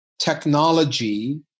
technology